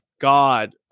God